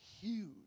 huge